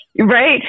Right